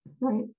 right